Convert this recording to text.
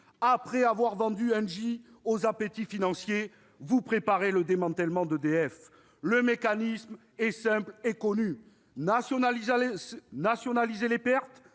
après avoir vendu Engie aux appétits financiers, vous préparez le démantèlement d'EDF. Le mécanisme est simple et connu : nationaliser les pertes,